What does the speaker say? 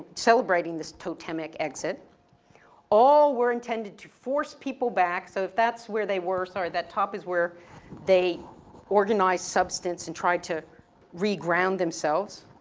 celebrating this totemic exit all were intended to force people back. so if that's where they were. sorry, that top is where they organize substance and try to reground themselves.